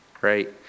Right